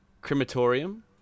crematorium